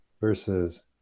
versus